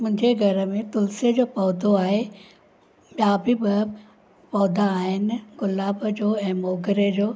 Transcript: मुंहिंजे घर में तुलसीअ जो पौधो आहे ॿिया बि ॿ पौधा आहिनि गुलाब जो ऐं मोगरे जो